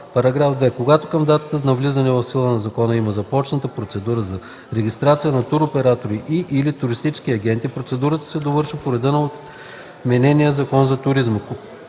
запазва. (2) Когато към датата на влизане в сила на закона има започната процедура за регистрация на туроператори и/или туристически агенти, процедурата се довършва по реда на отменения Закон за туризма.”